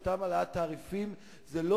צריך גם לומר שאותה העלאת תעריפים היא